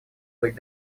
быть